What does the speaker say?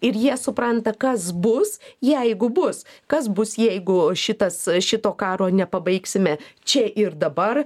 ir jie supranta kas bus jeigu bus kas bus jeigu šitas šito karo nepabaigsime čia ir dabar